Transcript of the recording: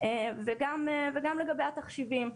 וגם לגבי התחשיבים.